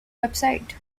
website